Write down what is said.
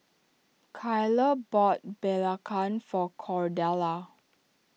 Kyler bought Belacan for Cordella